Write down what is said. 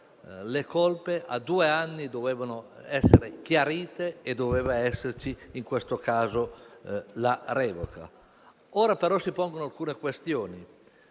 colpe, dopo due anni dovevano essere chiarite e doveva esserci, nel caso, la revoca. Ora, però, si pongono alcune questioni.